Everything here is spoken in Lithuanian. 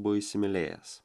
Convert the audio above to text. buvo įsimylėjęs